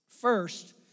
First